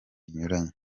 binyuranye